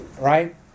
right